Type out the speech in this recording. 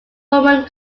woman